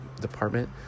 department